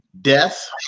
death